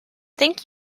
think